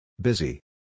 Busy